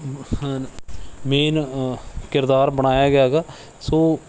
ਮਹਾਨ ਮੇਨ ਕਿਰਦਾਰ ਬਣਾਇਆ ਗਿਆ ਗਾ ਸੋ